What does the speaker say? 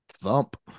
thump